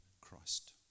Christ